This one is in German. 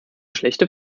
schlechte